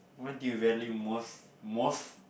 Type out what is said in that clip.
what do you value most most